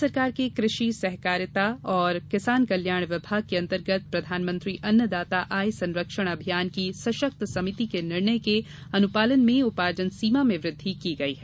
भारत सरकार के कृषि सहकारिता एवं किसान कल्याण विभाग के अंतर्गत प्रधानमंत्री अन्नदाता आय संरक्षण अभियान की सशक्त समिति के निर्णय के अनुपालन में उपार्जन सीमा में वृद्धि की गई है